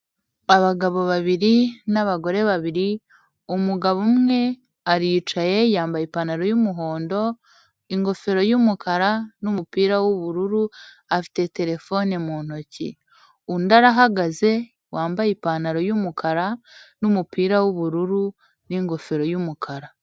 Abagabo babiri n'abagore babiri, umugabo umwe aricaye, yambaye ipantaro y'umuhondo ingofero y'umukara, n'umupira w'ubururu, afite terefone mu ntoki, undi arahagaze yambaye ipantaro y'umukara, n'umupira w'ubururu n'ingofero y'umukara.